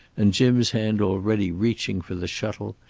and jim's hand already reaching for the shuttle,